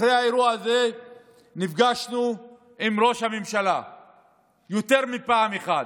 אחרי האירוע הזה נפגשנו עם ראש הממשלה יותר מפעם אחת,